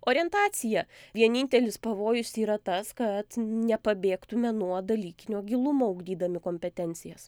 orientacija vienintelis pavojus yra tas kad nepabėgtume nuo dalykinio gilumo ugdydami kompetencijas